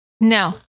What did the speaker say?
No